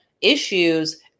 issues